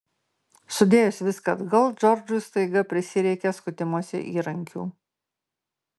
sudėjus viską atgal džordžui staiga prisireikė skutimosi įrankių